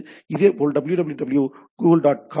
இதேபோல் www google dot com